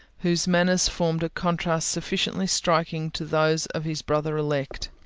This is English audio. whose manners formed a contrast sufficiently striking to those of his brother elect.